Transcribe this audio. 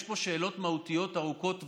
יש פה שאלות מהותיות ארוכות טווח,